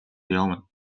явна